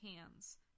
hands